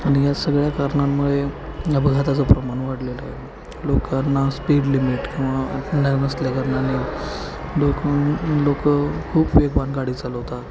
आणि या सगळ्या कारणांमुळे अपघाताचं प्रमाण वाढलेलं आहे लोकांना स्पीड लिमिट किंवा न नसल्या कारणाने लोकं लोकं खूप वेगवाान गाडी चालवतात